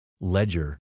ledger